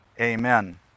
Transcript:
Amen